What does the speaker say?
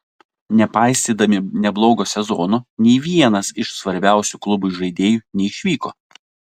nepaisydami neblogo sezono nė vienas iš svarbiausių klubui žaidėjų neišvyko